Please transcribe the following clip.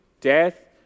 death